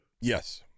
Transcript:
Yes